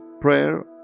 prayer